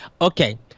Okay